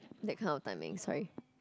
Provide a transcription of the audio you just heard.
that kind of timing sorry